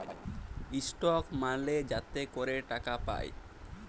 stock মালে যাতে ক্যরে টাকা পায়